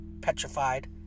Petrified